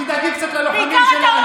תדאגי קצת ללוחמים שלנו,